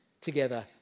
together